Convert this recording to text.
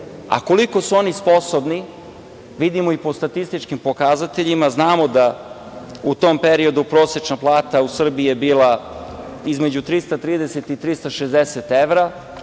a koliko su oni sposobni vidimo i po statističkim pokazateljima, znamo da u tom periodu prosečna plata u Srbiji je bila između 330 i 360 evra,